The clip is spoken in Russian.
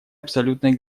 абсолютной